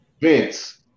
Vince